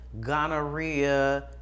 gonorrhea